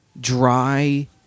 dry